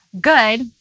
good